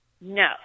no